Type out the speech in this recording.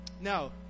Now